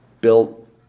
built